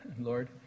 Lord